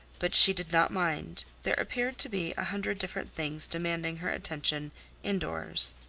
but she did not mind there appeared to be a hundred different things demanding her attention indoors.